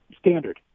Standard